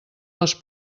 les